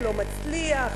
לא מצליח,